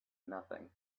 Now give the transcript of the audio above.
nothing